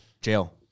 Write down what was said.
jail